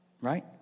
right